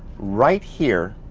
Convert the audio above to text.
right here,